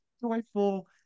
joyful